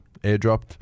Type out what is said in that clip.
airdropped